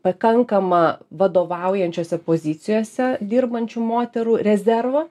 pakankamą vadovaujančiose pozicijose dirbančių moterų rezervą